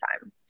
time